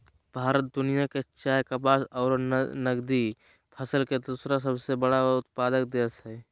भारत दुनिया के चाय, कपास आरो नगदी फसल के दूसरा सबसे बड़ा उत्पादक देश हई